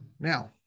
Now